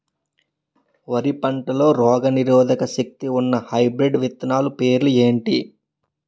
వరి పంటలో రోగనిరోదక శక్తి ఉన్న హైబ్రిడ్ విత్తనాలు పేర్లు ఏంటి?